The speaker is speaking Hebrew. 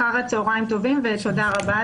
אחר צהריים טובים ותודה רבה,